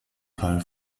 teil